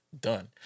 done